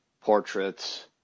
portraits